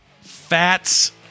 Fats